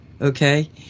okay